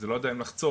לא יודע אם לחצות,